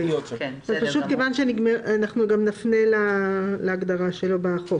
אנחנו גם נפנה להגדרה שלו בחוק.